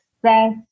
success